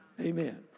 amen